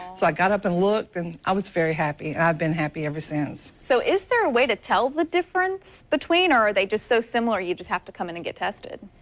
so i got up and looked and i was very happy. and i've been happy ever since. so is there a way to tell the difference between, or are they just so similar you just have to come in and get tested?